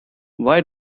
why